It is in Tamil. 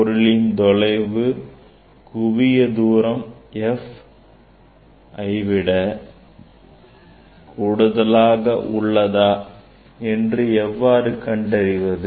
பொருளின் தொலைவு குவியத் தூரம் F ஐ விட கூடுதலாக உள்ளதா என்று எவ்வாறு கண்டறிவது